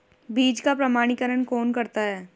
बीज का प्रमाणीकरण कौन करता है?